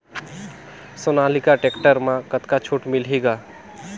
Sonalika tractor म कतका छूट मिलही ग?